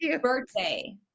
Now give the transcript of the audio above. birthday